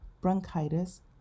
bronchitis